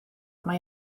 mae